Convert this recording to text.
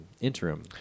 interim